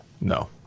No